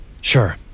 Sure